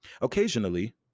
Occasionally